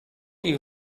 ich